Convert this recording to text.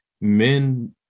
men